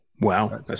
wow